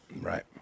Right